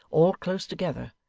all close together,